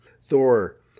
Thor